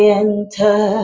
enter